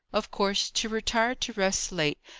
of course, to retire to rest late,